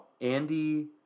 Andy